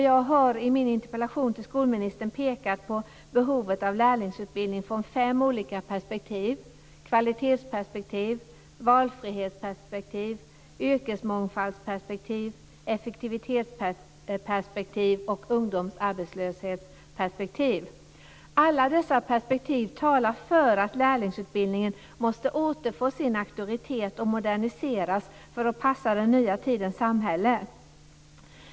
Jag har i min interpellation till skolministern pekat på behovet av lärlingsutbildning från fem olika perspektiv: kvalitetsperspektiv, valfrihetsperspektiv, yrkesmångfaldsperspektiv, effektivitetsperspektiv och ungdomsarbetslöshetsperspektiv. Alla dessa perspektiv talar för att lärlingsutbildningen måste återfå sin auktoritet och moderniseras för att passa den nya tidens samhälle.